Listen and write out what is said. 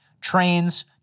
Trains